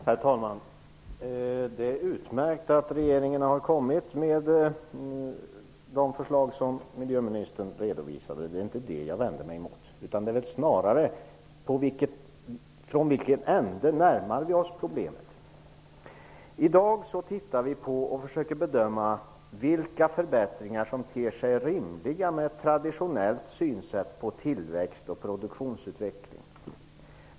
Herr talman! Det är utmärkt att regeringen har kommit med de förslag som miljöministern redovisade. Det är inte det jag vänder mig emot. Snarare är frågan från vilken ände vi närmar oss problemet. I dag försöker vi bedöma vilka förbättringar som ter sig rimliga med ett traditionellt synsätt på tillväxt och produktionsutveckling.